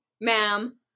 ma'am